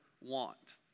want